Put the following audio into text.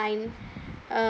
fine uh